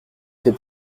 fait